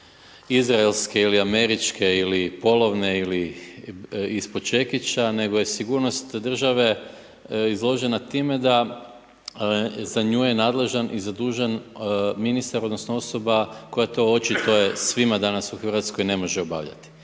izraelske ili američke ili polovne ili ispod čekića, nego je sigurnost države izložena time da, za nju je nadležan i zadužen ministar odnosno osoba koja to, očito je svima danas u RH, ne može obavljati.